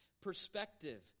perspective